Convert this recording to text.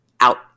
out